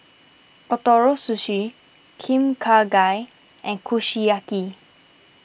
Ootoro Sushi Kim Kha Gai and Kushiyaki